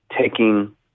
taking